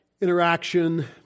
interaction